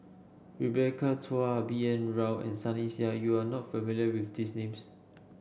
Rebecca Chua B N Rao and Sunny Sia you are not familiar with these names